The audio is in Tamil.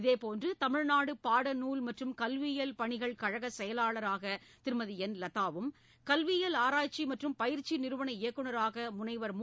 இதேபோன்று தமிழ்நாடு பாடநூல் மற்றும் கல்வியியல் பணிகள் கழக செயலாளராக திருமதி என்லதாவும் கல்வியியல் ஆராய்ச்சி மற்றும் பயிற்சி நிறுவன இயக்குனராக முனைவர் மு